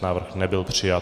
Návrh nebyl přijat.